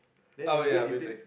then when you go and eat it